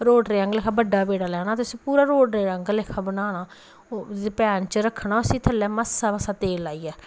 रोटरे आह्ला लेखा बड्डा पैड़ा लैना ते उसी पूरा रोटरें आह्ला लेखा बनाना पैन च रक्खना उस्सी थल्लै मास्सा मास्सा तेल लाइयै